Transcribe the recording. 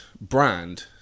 brand